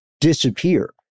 disappear